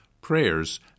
prayers